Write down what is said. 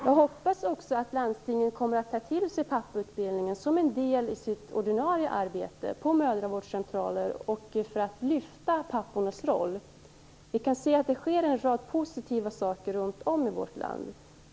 Jag hoppas också att landstingen kommer att ta till sig pappautbildningen som en del i sitt ordinarie arbete på mödravårdscentralerna för att lyfta fram pappornas roll. Det sker en rad positiva saker runt om i vårt land.